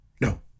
No